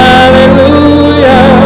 Hallelujah